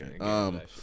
Okay